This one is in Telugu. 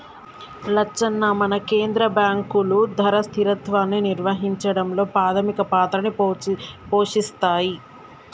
లచ్చన్న మన కేంద్ర బాంకులు ధరల స్థిరత్వాన్ని నిర్వహించడంలో పాధమిక పాత్రని పోషిస్తాయి